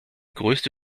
größte